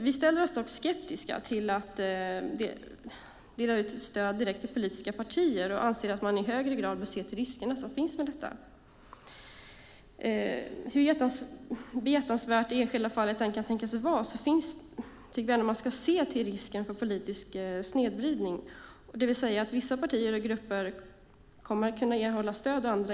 Vi ställer oss dock skeptiska till att dela ut stöd direkt till politiska partier och anser att man i högre grad bör se till riskerna som finns i detta. Hur behjärtansvärt det i det enskilda fallet än kan tänkas vara tycker jag ändå att man ska se till risken för politisk snedvridning, det vill säga att vissa partier och grupper kommer att kunna erhålla stöd men inte andra.